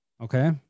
okay